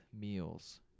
meals